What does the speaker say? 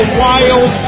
wild